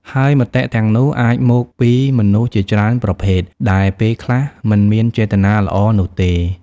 ហើយមតិទាំងនោះអាចមកពីមនុស្សជាច្រើនប្រភេទ ដែលពេលខ្លះមិនមានចេតនាល្អនោះទេ។